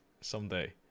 someday